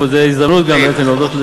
זו הזדמנות גם להודות,